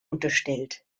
unterstellt